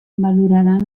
valoraran